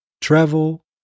travel